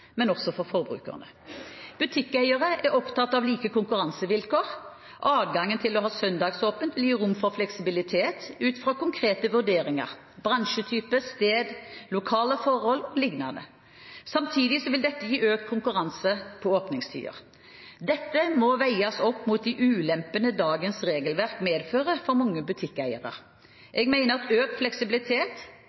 Butikkeiere er opptatt av like konkurransevilkår. Adgang til å ha søndagsåpent vil gi rom for fleksibilitet ut fra konkrete vurderinger – bransjetype, sted, lokale forhold o.l. Samtidig vil dette gi økt konkurranse på åpningstider. Dette må veies opp mot de ulempene dagens regelverk medfører for mange butikkeiere. Jeg mener at økt fleksibilitet